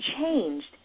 changed